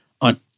on